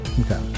Okay